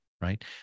right